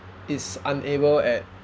is unable at